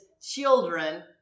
children